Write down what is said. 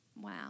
Wow